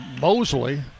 Mosley